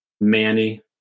Manny